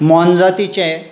मोनजातीचे